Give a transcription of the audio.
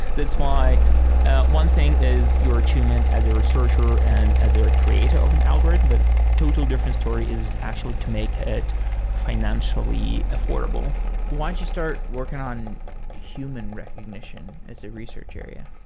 that's why one thing is your achievement as a researcher and as a creator of an algorithm. but total different story is actually to make it financially affordable why did you start working on human recognition as a research area?